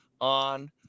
on